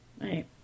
Right